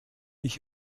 ich